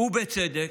ובצדק.